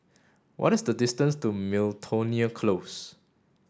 what is the distance to Miltonia Close